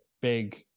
big